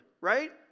right